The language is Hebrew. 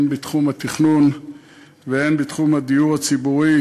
הן בתחום התכנון והן בתחום הדיור הציבורי,